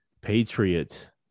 Patriots